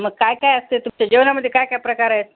मग काय काय असते तुमच्या जेवणामध्ये काय का प्रकार आहेत